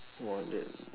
!whoa! then